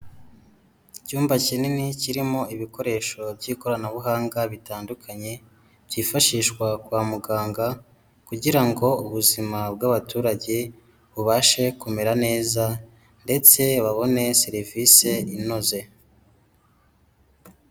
Icyumba kinini kirimo ibikoresho by'ikoranabuhanga bitandukanye, byifashishwa kwa muganga kugira ngo ubuzima bw'abaturage bubashe kumera neza ndetse babone serivisi inoze.